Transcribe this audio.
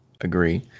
agree